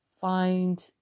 find